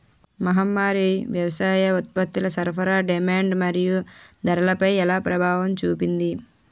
మహమ్మారి వ్యవసాయ ఉత్పత్తుల సరఫరా డిమాండ్ మరియు ధరలపై ఎలా ప్రభావం చూపింది?